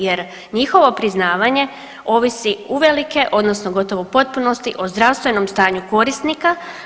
Jer njihovo priznavanje ovisi uvelike odnosno gotovo u potpunosti o zdravstvenom stanju korisnika.